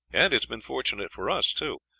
and it has been fortunate for us, too,